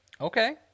Okay